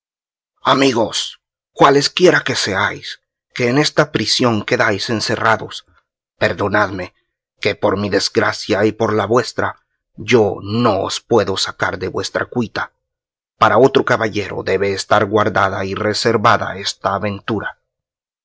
aceñas amigos cualesquiera que seáis que en esa prisión quedáis encerrados perdonadme que por mi desgracia y por la vuestra yo no os puedo sacar de vuestra cuita para otro caballero debe de estar guardada y reservada esta aventura